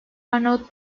arnavut